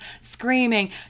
screaming